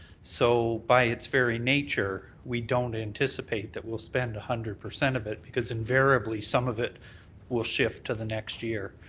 so by its very nature, we don't anticipate that we'll spend a hundred percent of it because invariably some of it will shift to the next year.